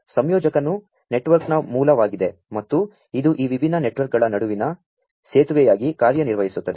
ಸಂ ಯೋ ಜಕನು ನೆಟ್ವರ್ಕ್ ನ ಮೂ ಲವಾ ಗಿದೆ ಮತ್ತು ಇದು ಈ ವಿಭಿನ್ನ ನೆಟ್ವರ್ಕ್ ಗಳ ನಡು ವಿನ ಸೇ ತು ವೆಯಾ ಗಿ ಕಾ ರ್ಯ ನಿರ್ವ ಹಿಸು ತ್ತದೆ